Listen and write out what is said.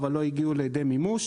אבל לא הגיעו לידי מימוש.